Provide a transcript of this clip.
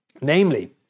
Namely